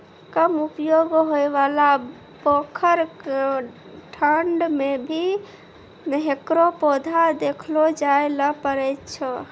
कम उपयोग होयवाला पोखर, डांड़ में भी हेकरो पौधा देखलो जाय ल पारै छो